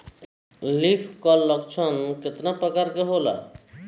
Leaf curl लक्षण केतना परकार के होला?